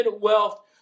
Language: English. wealth